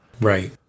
Right